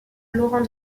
laurent